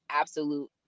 absolute